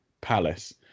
palace